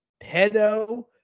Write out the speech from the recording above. pedo